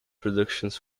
productions